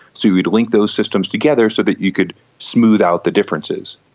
so you would link those systems together so that you could smooth out the differences.